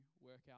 workout